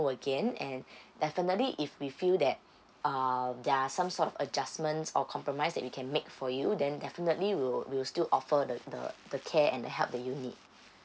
again and definitely if we feel that um there are some sort of adjustments or compromise that we can make for you then definitely we'll we'll still offer the the the care and the help that you need